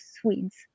Swedes